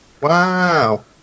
Wow